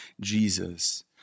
Jesus